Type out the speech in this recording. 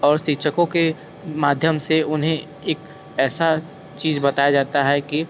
और शिक्षकों के माध्यम से उन्हें एक ऐसा चीज बताया जाता है कि